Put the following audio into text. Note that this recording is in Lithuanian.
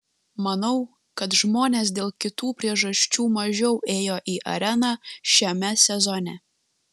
manau kad žmonės dėl kitų priežasčių mažiau ėjo į areną šiame sezone